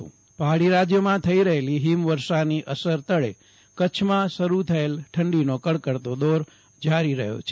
જયદિપ વૈષ્ણવ ક ચ્છમાં ઠંડી પહાડી રાજ્યોમાં થઇ રહેલી હિમવર્ષાની અસર તળે કચ્છમાં શરૂ થયેલ ઠંડીનો કડકડતો દોર જારી રહ્યો છે